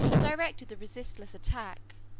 directed the resistless attack,